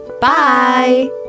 Bye